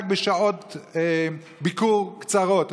רק בשעות ביקור קצרות.